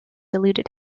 eluded